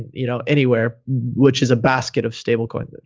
you know, anywhere, which is a basket of stablecoin.